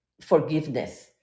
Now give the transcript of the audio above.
forgiveness